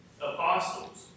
Apostles